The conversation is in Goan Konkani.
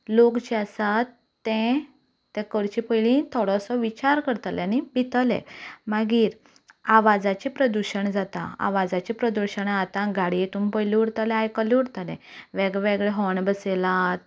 लोक जे आसात ते तें करचे पयलीं थोडोसो विचार करतले आनी भितले मागीर आवाजाचें प्रदुशण जाता आवाजाचें प्रदुशण आतां गाडी हातूंत पयलीं उरतालें आयकल्लें उरतालें वेगवेगळे हाॅर्न बसयल्यात